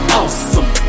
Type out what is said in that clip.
awesome